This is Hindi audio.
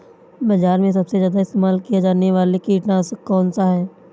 बाज़ार में सबसे ज़्यादा इस्तेमाल किया जाने वाला कीटनाशक कौनसा है?